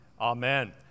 Amen